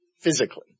physically